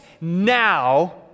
now